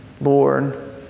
Lord